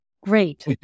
Great